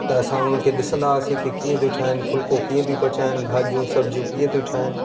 त असां उन खे ॾिसंदा हुयासीं त कीअं थियूं ठाहिनि फुलको कीअं थियूं पचाइनि भाॼियूं सब्जियूं कीअं थियूं ठाहिनि